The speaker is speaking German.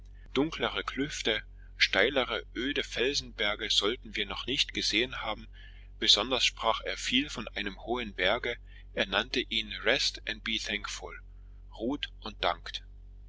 dunklere klüfte steilere öde felsenberge sollten wir noch nicht gesehen haben besonders sprach er viel von einem hohen berge er nannte ihn rest and be thankful ruht und dankt